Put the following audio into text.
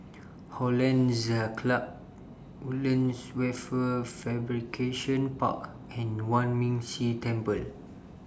Hollandse Club Woodlands Wafer Fabrication Park and Yuan Ming Si Temple